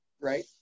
right